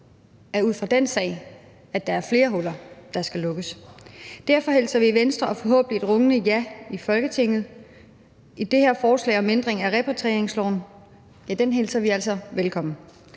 godt ud fra den sag tyde på, at der er flere huller, der skal lukkes. Derfor hilser vi i Venstre, forhåbentlig sammen med et rungende ja i Folketinget, det her forslag om ændring af repatrieringsloven velkommen